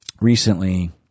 recently